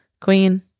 Queen